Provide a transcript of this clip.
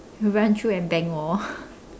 run through and bang wall